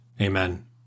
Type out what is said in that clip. Amen